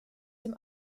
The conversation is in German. dem